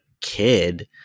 kid